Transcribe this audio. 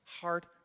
heart